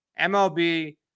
MLB